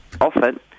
often